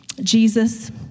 Jesus